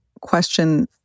question